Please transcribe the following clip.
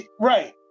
right